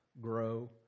grow